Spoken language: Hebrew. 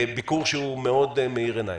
ביקור שהוא מאוד מאיר עיניים.